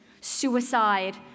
suicide